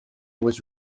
was